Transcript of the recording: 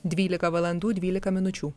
dvylika valandų dvylika minučių